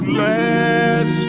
last